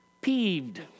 peeved